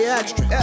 extra